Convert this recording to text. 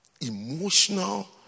emotional